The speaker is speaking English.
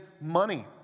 money